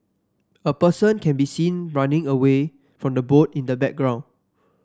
a person can be seen running away from the boat in the background